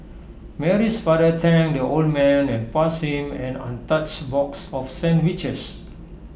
Mary's father thanked the old man and passed him an untouched box of sandwiches